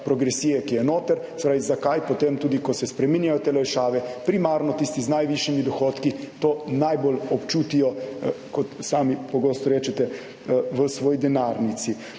progresije, ki je noter. Se pravi, zakaj potem tudi, ko se spreminjajo te olajšave, primarno tisti z najvišjimi dohodki to najbolj občutijo, kot sami pogosto rečete, v svoji denarnici.